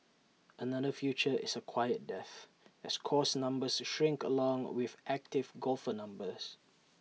another future is A quiet death as course numbers are shrink along with active golfer numbers